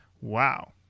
wow